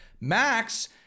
Max